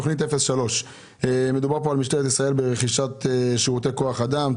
תכנית 03. מדובר כאן על משטרת ישראל ברכישת שירותי כוח אדם,